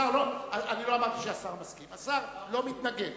לא אמרתי שהשר מסכים, השר לא מתנגד.